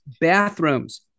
bathrooms